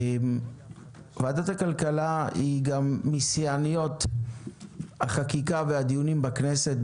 ועדת הכלכלה היא גם משיאניות החקיקה והדיונים בכנסת,